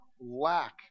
lack